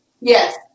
Yes